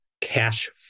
cash